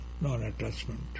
Non-attachment